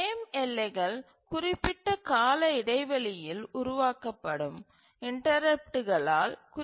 frame எல்லைகள் குறிப்பிட்ட கால இடைவெளியில் உருவாக்கப்படும் இன்டரப்ட்டுகளால் குறிக்கப்படுகின்றன